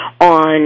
on